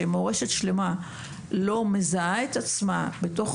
שבו מורשת של לא מזהה את עצמה בתוך